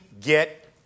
get